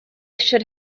should